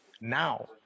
now